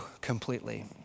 completely